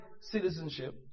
citizenship